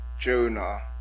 Jonah